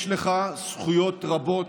יש לך זכויות רבות,